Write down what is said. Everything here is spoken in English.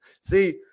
See